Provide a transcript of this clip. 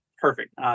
Perfect